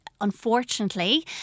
unfortunately